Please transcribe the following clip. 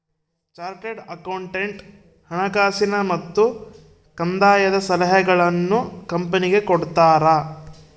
chartered accountant ಹಣಕಾಸಿನ ಮತ್ತು ಕಂದಾಯದ ಸಲಹೆಗಳನ್ನು ಕಂಪನಿಗೆ ಕೊಡ್ತಾರ